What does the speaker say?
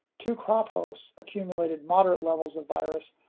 two crop hosts, accumulated moderate levels of virus,